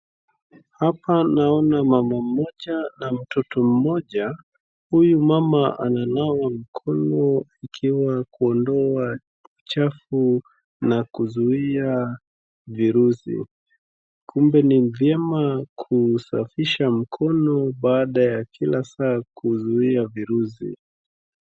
Hapa naona mama mmoja na mtoto mmoja. Huyu mama ananawa mikono ikiwa kwa ndoo chafu na kuzuia vurusi, kumbe ni vyema kusafisha mkono baada ya kila saa kuzuia virusi.